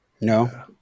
No